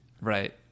Right